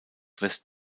west